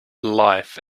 life